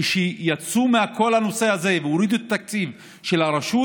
כשיצאו מכל הנושא הזה והורידו את התקציב של הרשות,